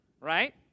right